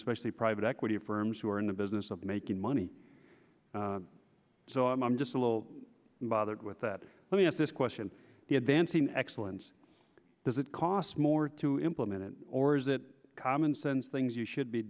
especially private equity firms who are in the business of making money so i'm just a little bothered with that let me ask this question the advancing excellence does it costs more to implement it or is it common sense things you should be